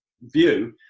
view